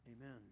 amen